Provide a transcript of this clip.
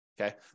Okay